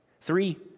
Three